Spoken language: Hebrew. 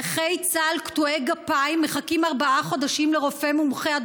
נכי צה"ל קטועי גפיים מחכים ארבעה חודשים לרופא מומחה,